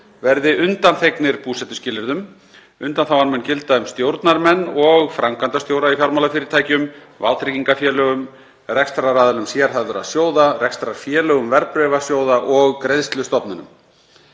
verði undanþegnir búsetuskilyrðum. Undanþágan mun gilda um stjórnarmenn og framkvæmdastjóra í fjármálafyrirtækjum, vátryggingafélögum, rekstraraðilum sérhæfðra sjóða, rekstrarfélögum verðbréfasjóða og greiðslustofnunum.